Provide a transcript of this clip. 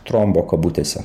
trombo kabutėse